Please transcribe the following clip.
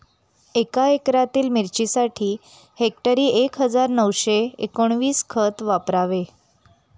एका एकरातील मिरचीसाठी हेक्टरी एक हजार नऊशे एकोणवीस खत वापरावे